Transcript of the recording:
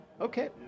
Okay